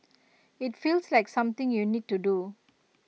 IT feels like something you need to do